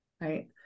right